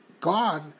God